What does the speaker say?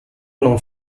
non